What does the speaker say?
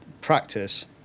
practice